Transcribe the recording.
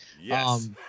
Yes